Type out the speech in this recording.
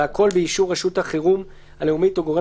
והכול באישור רשות החירום הלאומית או גורם